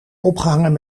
opgehangen